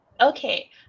Okay